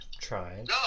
trying